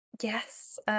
Yes